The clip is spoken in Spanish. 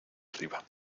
arriba